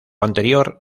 anterior